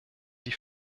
die